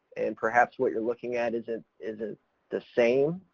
and perhaps what you're looking at isn't, isn't the same.